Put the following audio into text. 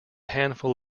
handful